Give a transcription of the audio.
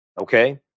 Okay